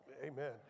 Amen